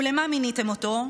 ולמה מיניתם אותו?